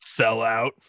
sellout